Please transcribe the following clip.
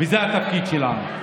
זה התפקיד שלנו.